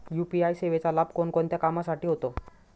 UPI सेवेचा लाभ कोणकोणत्या कामासाठी होतो?